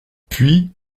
puis